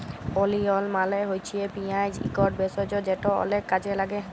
ওলিয়ল মালে হছে পিয়াঁজ ইকট ভেষজ যেট অলেক কাজে ল্যাগে